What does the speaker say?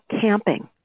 camping